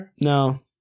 No